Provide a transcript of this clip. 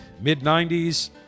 mid-90s